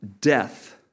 death